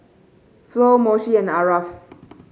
Flo Moshe and Aarav